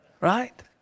Right